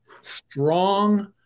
strong